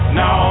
no